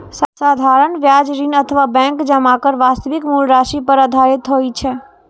साधारण ब्याज ऋण अथवा बैंक जमाक वास्तविक मूल राशि पर आधारित होइ छै